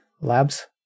Labs